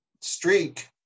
streak